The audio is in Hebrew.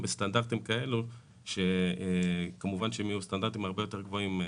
בסטנדרטים כאלה שיהיו סטנדרטים הרבה יותר גבוהים.